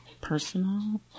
personal